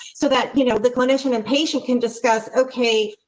so, that you know the clinician and patient can discuss. okay.